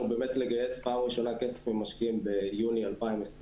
באמת לגייס פעם ראשונה כסף ממשקיעים ביוני 2020,